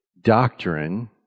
doctrine